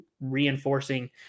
reinforcing